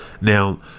Now